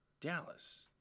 Dallas